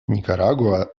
никарагуа